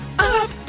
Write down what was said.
Up